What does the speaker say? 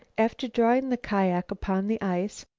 after drawing the kiak upon the ice,